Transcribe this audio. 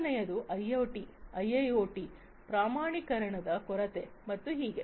ಮೂರನೆಯದು ಐಒಟಿಯಲ್ಲಿ ಐಐಒಟಿಯಲ್ಲಿ ಪ್ರಮಾಣೀಕರಣದ ಕೊರತೆ ಮತ್ತು ಹೀಗೆ